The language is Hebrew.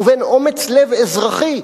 ובין אומץ-לב אזרחי,